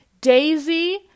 Daisy